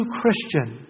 Christian